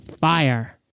fire